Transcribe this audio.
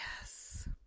Yes